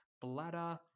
bladder